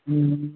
হুম